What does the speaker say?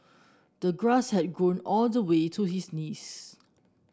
the grass had grown all the way to his knees